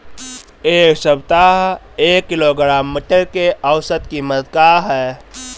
एक सप्ताह एक किलोग्राम मटर के औसत कीमत का ह?